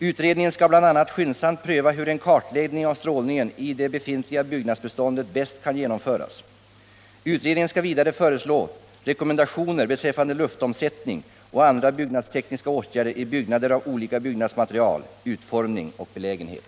Utredningen skall bl.a. skyndsamt pröva hur en kartläggning av strålningen i det befintliga byggnadsbeståndet bäst kan genomföras. Utredningen skall vidare föreslå rekommendationer beträffande luftomsättning och andra byggnadstekniska åtgärder i byggnader av olika byggnadsmaterial, utformning och belägenhet.